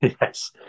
Yes